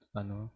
ano